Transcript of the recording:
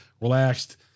relaxed